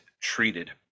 treated